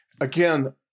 again